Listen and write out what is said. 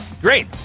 great